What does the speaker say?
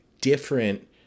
different